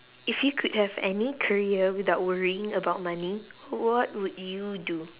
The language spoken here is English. if you could have any career without worrying about money what would you do